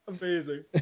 Amazing